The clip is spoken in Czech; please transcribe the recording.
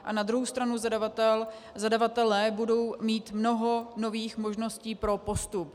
A na druhou stranu zadavatelé budou mít mnoho nových možností pro postup.